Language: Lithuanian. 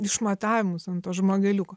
išmatavimus ant to žmogeliuko